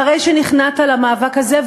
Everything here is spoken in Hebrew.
אחרי שנכנעת למאבק הזה,